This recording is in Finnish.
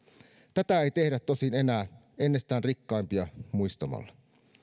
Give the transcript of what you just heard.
tätä ei tehdä tosin enää ennestään rikkaimpia muistamalla